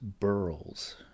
burls